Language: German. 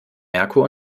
merkur